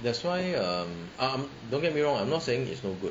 that's why um don't get me wrong I'm not saying it's no good